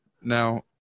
Now